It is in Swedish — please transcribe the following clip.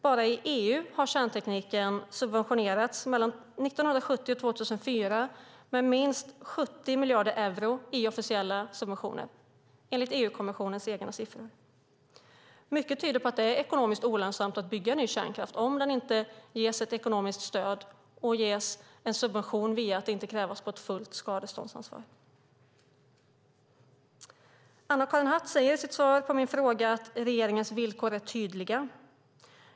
Bara i EU har kärntekniken mellan 1970 och 2004 subventionerats med minst 70 miljarder euro i officiella subventioner, enligt EU-kommissionens egna siffror. Mycket tyder på att det är ekonomiskt olönsamt att bygga ny kärnkraft om den inte ges ett ekonomiskt stöd och en subvention genom att inte krävas på ett fullt skadeståndsansvar. Anna-Karin Hatt säger som svar på min fråga att regeringens villkor är tydliga.